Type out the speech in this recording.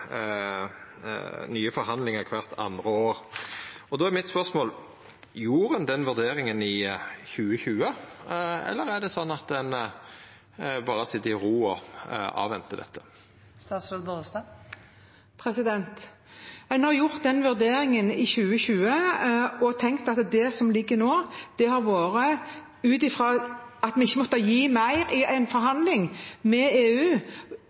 nye forhandlingar kvart anna år. Då er mitt spørsmål: Gjorde ein den vurderinga i 2020, eller er det slik at ein berre har sete i ro og avventa dette? En har gjort den vurderingen i 2020 og tenkt, ut fra det som ligger nå, at vi ikke måtte gi mer i en forhandling med EU.